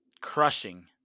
crushing